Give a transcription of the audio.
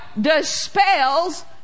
dispels